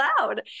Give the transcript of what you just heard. loud